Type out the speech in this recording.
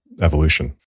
evolution